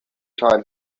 time